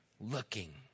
looking